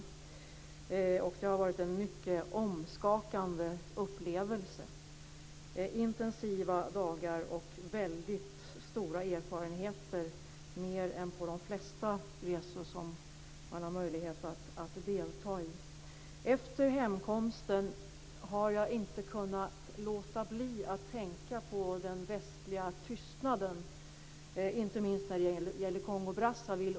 Det var en mycket omskakande upplevelse, intensiva dagar och med stora erfarenheter - mer än på de flesta resor man har möjlighet att delta i. Efter hemkomsten har jag inte kunnat låta bli att tänka på den västliga tystnaden inte minst när det gäller Kongo-Brazzaville.